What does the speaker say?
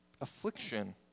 affliction